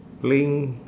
playing